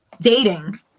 Dating